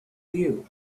you